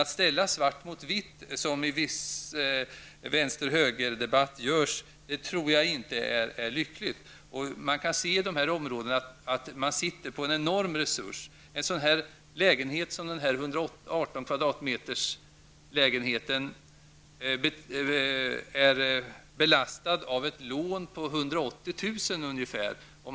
Att ställa svart mot vitt, som man gör i vänster-höger-debatten, är olyckligt. I bostadsområdet i Jordbro sitter man på en enorm resurs. Den nämnda lägenheten på 118 m2 är belastad av ett lån på 180 000 kr.